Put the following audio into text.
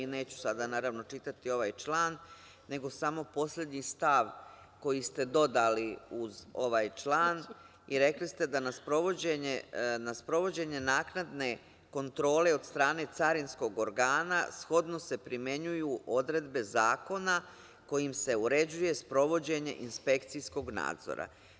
Neću sada, naravno čitati ovaj član, nego samo poslednji stav koji ste dodali uz ovaj član i rekli ste da na sprovođenje naknadne kontrole od strane carinskog organa, shodno se primenjuju odredbe Zakona kojim se uređuje sprovođenje inspekcijskog nadzora.